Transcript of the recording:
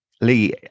Lee